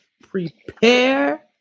prepare